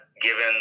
given